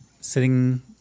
sitting